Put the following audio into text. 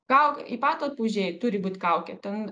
kau į patalpą užėjai turi būt kaukė ten